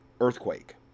earthquake